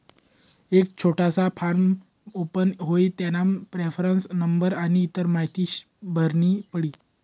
एक छोटासा form open हुई तेनामा रेफरन्स नंबर आनी इतर माहीती भरनी पडी